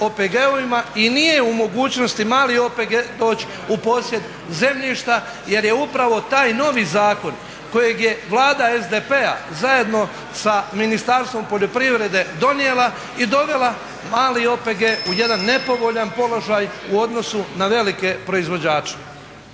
i nije u mogućnosti mali OPG doći u posjed zemljišta, jer je upravo taj novi zakon kojeg je Vlada SDP-a zajedno sa Ministarstvom poljoprivrede donijela i dovela mali OPG u jedan nepovoljan položaj u odnosu na velike proizvođače.